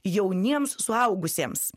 jauniems suaugusiems